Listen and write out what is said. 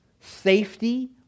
safety